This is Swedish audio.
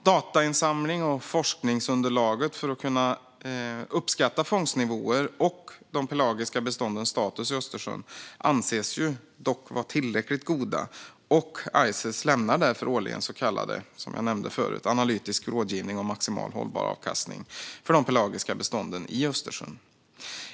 Datainsamlingen och forskningsunderlaget för att kunna uppskatta fångstnivåer och de pelagiska beståndens status i Östersjön anses dock vara tillräckligt god, och ICES lämnar därför, som jag nämnde tidigare, årligen så kallad analytisk rådgivning om maximal hållbar avkastning för de pelagiska bestånden i Östersjön.